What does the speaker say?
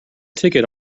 ticket